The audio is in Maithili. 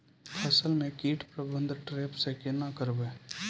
फसल म कीट प्रबंधन ट्रेप से केना करबै?